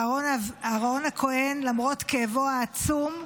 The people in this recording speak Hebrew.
אהרן הכוהן, למרות כאבו העצום,